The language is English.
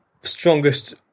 strongest